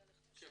בבקשה.